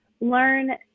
learn